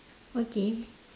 okay